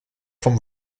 vom